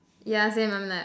yeah same I'm like